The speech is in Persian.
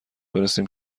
برسیم